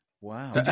Wow